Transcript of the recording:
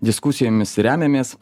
diskusijomis remiamės